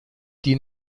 die